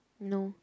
no